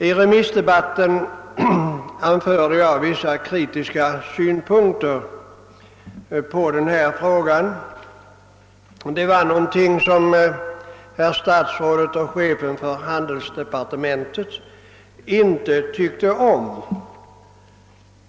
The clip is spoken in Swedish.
I remissdebatten anförde jag vissa kritiska synpunkter i denna fråga. Det var någonting som statsrådet och chefen för handelsdepartementet inte tyckte om.